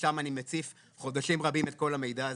שם אני מציף חודשים רבים את כל המידע הזה.